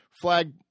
flag